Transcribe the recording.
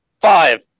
Five